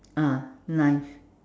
ah knife